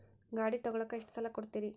ಗಾಡಿ ತಗೋಳಾಕ್ ಎಷ್ಟ ಸಾಲ ಕೊಡ್ತೇರಿ?